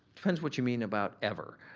depends what you mean about ever.